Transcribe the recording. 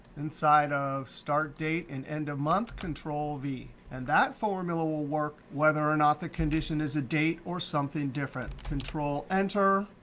inside of start date and end of month control v. and that formula will work whether or not the condition is a date or something different. control enter.